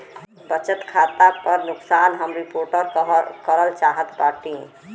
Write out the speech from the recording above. बचत खाता पर नुकसान हम रिपोर्ट करल चाहत बाटी